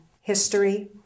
history